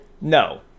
No